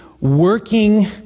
working